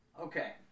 Okay